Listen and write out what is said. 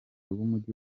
w’umujyi